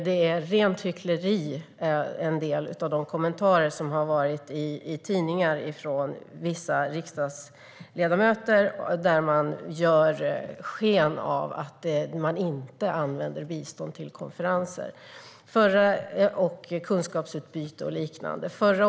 Det är rent hyckleri när vissa riksdagsledamöter i kommentarer i tidningar ger sken av att bistånd inte används till konferenser, kunskapsutbyte och liknande.